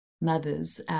mothers